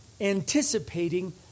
anticipating